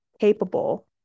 capable